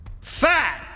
Fat